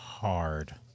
hard